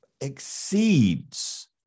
exceeds